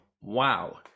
Wow